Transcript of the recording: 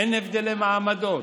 אין הבדלי מעמדות,